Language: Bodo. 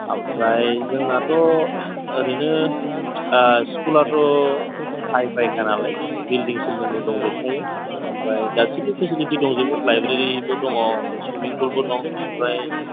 आमफ्राय जोंनाथ' ओरैनो ओ स्कुलाथ' हाइ फाइ खानालाय बिल्डिं सिल्डिंबो दंजोबखायो ओमफ्राय गासैबो फेसिलिटि दंजोबो लाइब्रेरिबो दङ' सुइमिं पुलबो दं ओमफ्राय